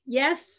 yes